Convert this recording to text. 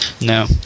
No